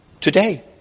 today